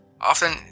Often